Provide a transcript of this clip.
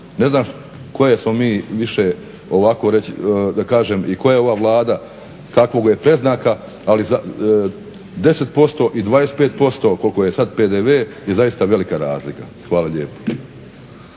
Ne znam koje smo mi više ovako da kažem i tko je ova Vlada, kakvog je predznaka ali 10% i 25% koliko je sad PDV je zaista velika razlika. Hvala lijepa.